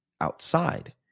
outside